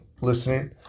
listening